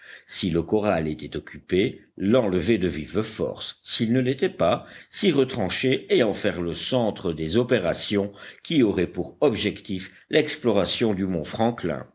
si le corral était occupé l'enlever de vive force s'il ne l'était pas s'y retrancher et en faire le centre des opérations qui auraient pour objectif l'exploration du mont franklin